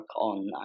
on